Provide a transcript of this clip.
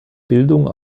bildung